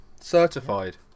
certified